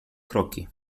kroki